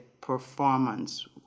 performance